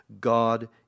God